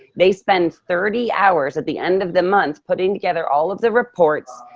they spend thirty hours at the end of the month, putting together all of the reports,